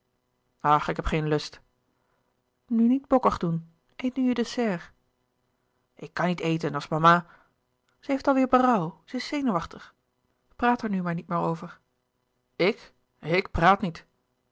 ach ik heb geen lust nu niet bokkig doen eet nu je dessert ik kan niet eten als mama ze heeft al weêr berouw ze is zenuwachtig praat er nu maar niet meer over ik ik praat niet